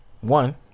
one